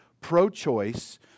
pro-choice